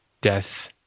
Death